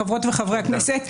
חברות וחברי הכנסת,